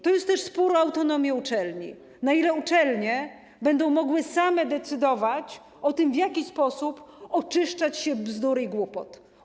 To jest też spór o autonomię uczelni, na ile uczelnie będą mogły same decydować o tym, w jaki sposób oczyszczać się z bzdur i głupot.